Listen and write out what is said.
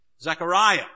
Zechariah